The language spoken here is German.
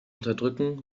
unterdrücken